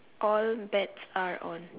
all bets are on